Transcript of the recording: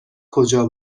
کجا